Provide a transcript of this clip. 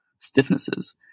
stiffnesses